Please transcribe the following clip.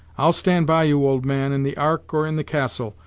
i'll stand by you, old man, in the ark or in the castle,